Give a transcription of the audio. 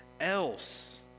else